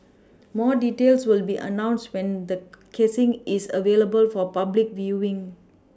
more details will be announced when the casing is available for public viewing